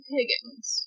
Higgins